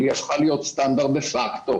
והיא הפכה להיות סטנדרט דה-פקטו.